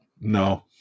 No